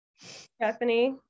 Stephanie